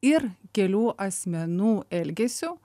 ir kelių asmenų elgesiu